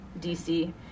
DC